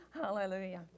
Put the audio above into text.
Hallelujah